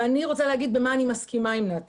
אני רוצה לומר במה אני מסכימה עם נתי